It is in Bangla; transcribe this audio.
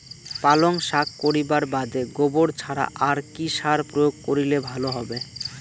পালং শাক করিবার বাদে গোবর ছাড়া আর কি সার প্রয়োগ করিলে ভালো হবে?